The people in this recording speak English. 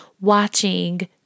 watching